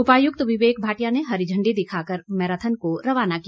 उपायुक्त विवेक भाटिया ने हरी झंडी दिखाकर मैराथन को रवाना किया